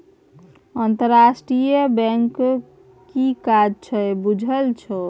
अंतरराष्ट्रीय बैंकक कि काज छै बुझल छौ?